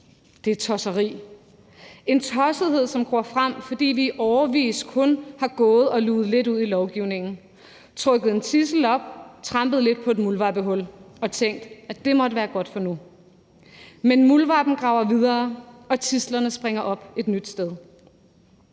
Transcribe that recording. Det er noget tosseri, der gror frem, fordi vi i årevis kun har gået og luget lidt ud i lovgivningen, trukket en tidsel op og trampet lidt på et muldvarpehul og tænkt, at det måtte være godt for nu. Men muldvarpen graver videre, og tidslerne springer op et nyt sted.